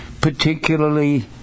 particularly